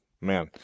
Man